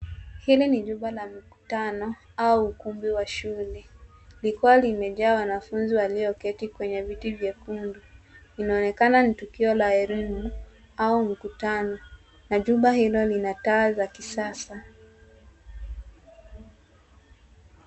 Hili ni jumba la mkutano au ukumbi wa shule likiwa limejaa wanafunzi waliyoketi kwenye viti vyekundu. Inaonekana ni tukio la elimu au mkutano na jumba hilo lina taa za kisasa.